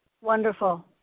wonderful